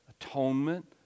atonement